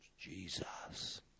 Jesus